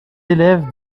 élève